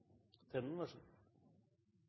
Hjemdal, vær så god.